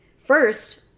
First